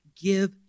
Give